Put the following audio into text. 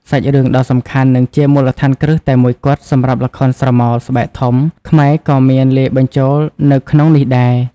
សាច់រឿងដ៏សំខាន់ និងជាមូលដ្ឋានគ្រឹះតែមួយគត់សម្រាប់ល្ខោនស្រមោល ស្បែកធំ ខ្មែរក៏មានលាយបញ្ជូលនៅក្នុងនេះដែរ ។